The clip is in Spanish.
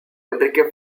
enrique